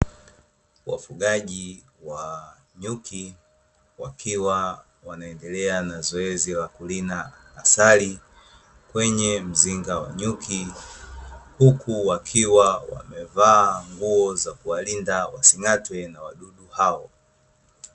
Wafugaji wa nyuki wakiwa wanaendelea na zoezi la kurina asali kwenye mzinga wa nyuki, huku wakiwa wamevaa nguo za kuwalinda wasing`atwe na wadudu hao.